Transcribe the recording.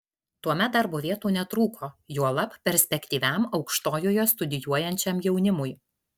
tuomet darbo vietų netrūko juolab perspektyviam aukštojoje studijuojančiam jaunimui